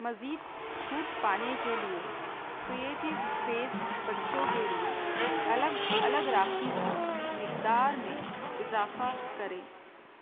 مزید چھوٹ پانے کے لیے کریئٹو اسپیس بچوں کے لیے الگ الگ راکھی کی مقدار میں اضافہ کریں